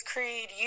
Creed